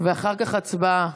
ואחר כך, הצבעה.